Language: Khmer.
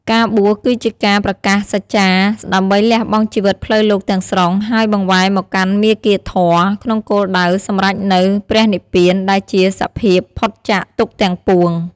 ការបួសគឺជាការប្រកាសសច្ចាដើម្បីលះបង់ជីវិតផ្លូវលោកទាំងស្រុង ហើយបង្វែរមកកាន់មាគ៌ាធម៌ ក្នុងគោលដៅសម្រេចនូវ ព្រះនិព្វាន ដែលជាសភាពផុតចាកទុក្ខទាំងពួង។